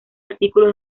artículos